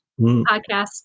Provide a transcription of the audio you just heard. podcast